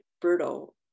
brutal